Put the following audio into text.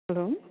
hello